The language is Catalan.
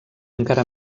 encara